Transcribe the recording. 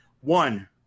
One